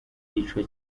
iyicwa